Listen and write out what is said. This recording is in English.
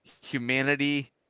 humanity